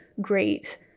great